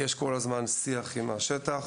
יש כל הזמן שיח עם השטח